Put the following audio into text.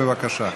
בבקשה.